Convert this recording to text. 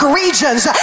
regions